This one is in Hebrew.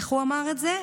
איך הוא אמר את זה?